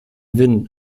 wynn